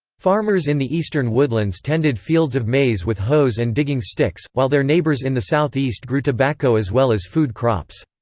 farmers in the eastern woodlands tended fields of maize with hoes and digging sticks, while their neighbors in the southeast grew tobacco as well as food crops.